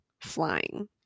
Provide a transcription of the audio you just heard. flying